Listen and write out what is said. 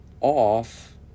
off